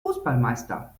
fußballmeister